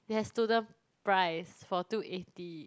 they have student price for two eighty